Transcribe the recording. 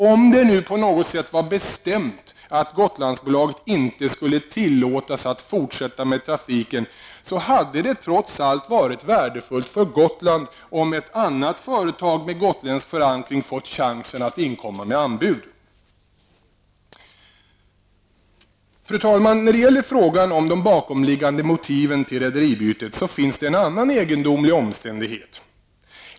Om det nu på något sätt var bestämt att Gotlandsbolaget inte skulle tillåtas att fortsätta med trafiken hade det trots allt varit värdefullt för Gotland om ett annat företag med gotländsk förankring fått chansen att inkomma med anbud. Fru talman! När det gäller frågan om de bakomliggande motiven till rederibytet finns det en annan egendomlig omständighet.